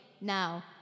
now